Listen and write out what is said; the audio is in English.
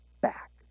back